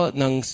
ng